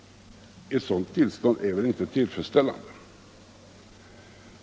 Ett sådant tillstånd är väl inte tillfredsställande?